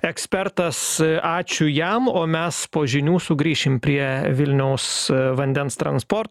ekspertas ačiū jam o mes po žinių sugrįšim prie vilniaus vandens transporto